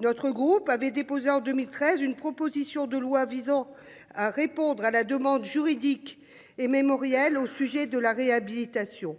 Notre groupe avait déposé en 2013 une proposition de loi visant à répondre à la demande juridique et mémorielles au sujet de la réhabilitation.